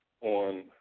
on